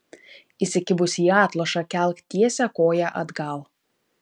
įsikibusi į atlošą kelk tiesią koją atgal